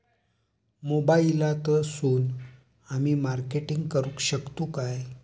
मोबाईलातसून आमी मार्केटिंग करूक शकतू काय?